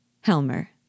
Helmer